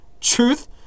truth